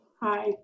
Hi